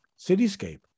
cityscape